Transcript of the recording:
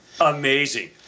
Amazing